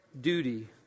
duty